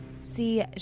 see